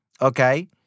okay